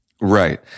Right